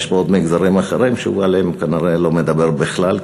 יש פה עוד מגזרים אחרים שהוא עליהם לא מדבר בכלל,